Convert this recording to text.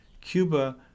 Cuba